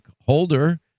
Holder